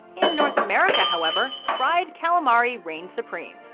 in north america however, fried calamari reign supreme.